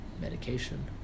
Medication